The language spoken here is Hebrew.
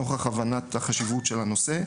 נוכח הבנת חשיבות הנושא.